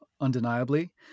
undeniably